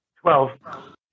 Twelve